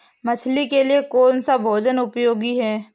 मछली के लिए कौन सा भोजन उपयोगी है?